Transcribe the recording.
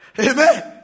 Amen